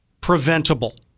preventable